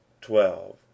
twelve